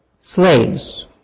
slaves